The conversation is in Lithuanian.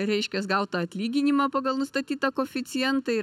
reiškias gaut tą atlyginimą pagal nustatytą koeficientą ir